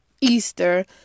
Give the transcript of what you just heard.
easter